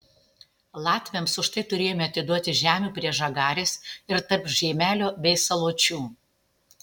latviams už tai turėjome atiduoti žemių prie žagarės ir tarp žeimelio bei saločių